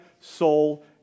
soul